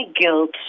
guilt